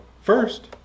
First